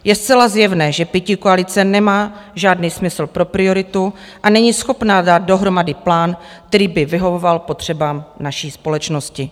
Je zcela zjevné, že pětikoalice nemá žádný smysl pro prioritu a není schopna dát dohromady plán, který by vyhovoval potřebám naší společnosti.